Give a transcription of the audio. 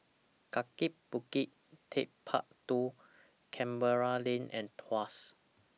Kaki Bukit Techpark two Canberra Lane and Tuas